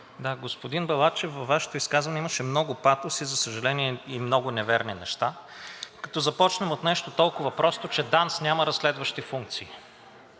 Господин Балачев, във Вашето изказване имаше много патос и, за съжаление, и много неверни неща, като започнем от нещо толкова просто, че ДАНС няма разследващи функции